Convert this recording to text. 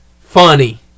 funny